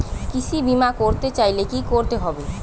কৃষি বিমা করতে চাইলে কি করতে হবে?